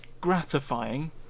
gratifying